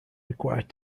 required